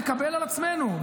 נקבל על עצמנו,